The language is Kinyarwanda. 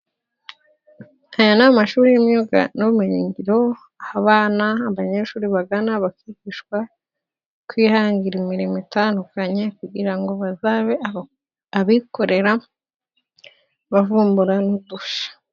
Aya ni amashuri y’imyuga n’ubumenyingiro; aho abana, abanyeshuri bagana, bakigishwa kwihangira imirimo itandukanye kugira ngo bazabe abikorera, bavumbure n’udushya.